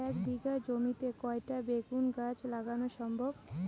এক বিঘা জমিতে কয়টা বেগুন গাছ লাগানো সম্ভব?